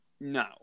No